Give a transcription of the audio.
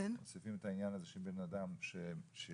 מוסיפים את העניין הזה שבן אדם שהתחיל